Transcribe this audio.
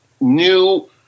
new